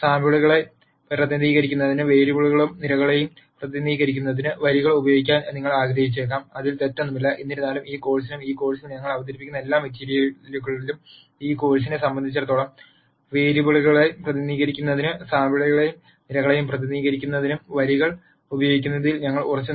സാമ്പിളുകളെ പ്രതിനിധീകരിക്കുന്നതിന് വേരിയബിളുകളെയും നിരകളെയും പ്രതിനിധീകരിക്കുന്നതിന് വരികൾ ഉപയോഗിക്കാൻ നിങ്ങൾ ആഗ്രഹിച്ചേക്കാം അതിൽ തെറ്റൊന്നുമില്ല എന്നിരുന്നാലും ഈ കോഴ് സിലും ഈ കോഴ് സിൽ ഞങ്ങൾ അവതരിപ്പിക്കുന്ന എല്ലാ മെറ്റീരിയലുകളിലും ഈ കോഴ്സിനെ സംബന്ധിച്ചിടത്തോളം വേരിയബിളുകളെ പ്രതിനിധീകരിക്കുന്നതിന് സാമ്പിളുകളെയും നിരകളെയും പ്രതിനിധീകരിക്കുന്നതിന് വരികൾ ഉപയോഗിക്കുന്നതിൽ ഞങ്ങൾ ഉറച്ചുനിൽക്കും